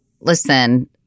listen